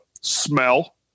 smell